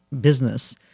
business